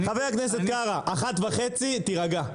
חבר הכנסת קארה, קריאה אחת וחצי, תירגע.